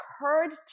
occurred